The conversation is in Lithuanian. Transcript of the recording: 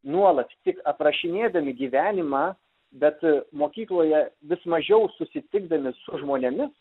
nuolat tik aprašinėdami gyvenimą bet mokykloje vis mažiau susitikdami su žmonėmis